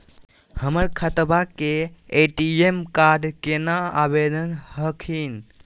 हमर खतवा के ए.टी.एम कार्ड केना आवेदन हखिन?